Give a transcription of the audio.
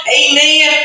amen